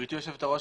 גברתי היושב ראש,